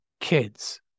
kids